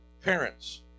parents